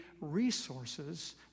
resources